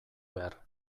behar